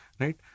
right